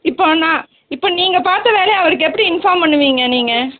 இப்போ நான் இப்போ நீங்கள் பார்த்த வேலையை அவருக்கு எப்படி இன்ஃபார்ம் பண்ணுவீங்க நீங்கள்